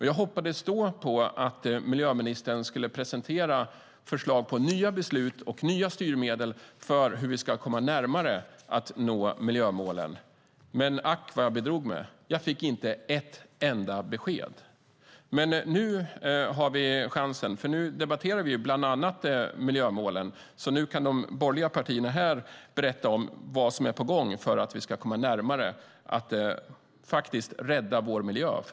Jag hoppades då på att miljöministern skulle presentera förslag på nya beslut och nya styrmedel för hur vi ska komma närmare att nå miljömålen. Men ack vad jag bedrog mig. Jag fick inte ett enda besked. Nu har vi chansen. Nu debatterar vi bland annat miljömålen. Nu kan de borgerliga partierna berätta om vad som är på gång för att vi ska komma närmare att rädda vår miljö.